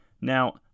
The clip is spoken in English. Now